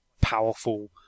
powerful